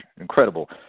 incredible